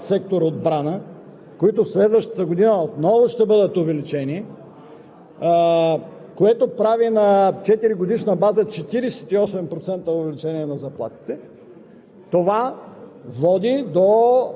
кризата и увеличаването на безработицата, съчетано с тригодишното увеличаване на заплатите в сектор „Отбрана“, които следващата година отново ще бъдат увеличени,